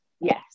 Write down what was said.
Yes